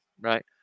Right